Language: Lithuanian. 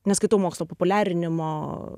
neskaitau mokslo populiarinimo